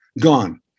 Gone